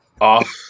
off